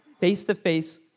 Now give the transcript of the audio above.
face-to-face